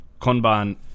Konban